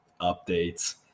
updates